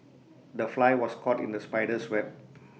the fly was caught in the spider's web